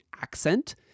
accent